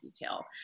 detail